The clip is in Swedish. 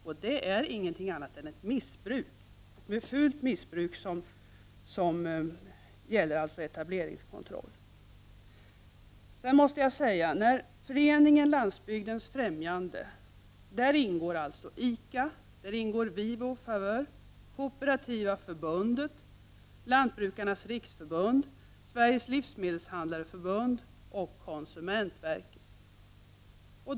Och det är inget annat än fult missbruk av etableringskontrollen. I Föreningen Landsbygdshandelns främjande ingår ICA, Vivo-Favör, Kooperativa förbundet, Lantbrukarnas riksförbund, Sveriges livsmedelshandlareförbund och konsumentverket.